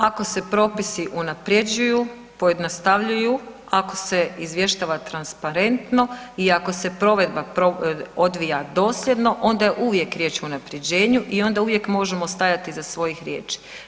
Ako se propisi unaprjeđuju, pojednostavljuju, ako se izvještava transparentno i ako se provedba odvija dosljedno, onda je uvijek riječ o unaprjeđenju i onda uvijek možemo stajati iza svojih riječi.